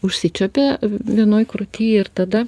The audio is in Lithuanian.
užsičiuopė vienoj krūty ir tada